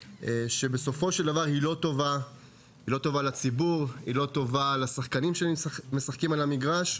שבסופו של דבר היא לא טובה לציבור ולשחקנים שמשחקים על המגרש,